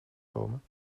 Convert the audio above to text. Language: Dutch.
komen